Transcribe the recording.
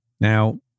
Now